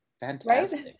Fantastic